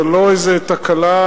זה לא איזה תקלה,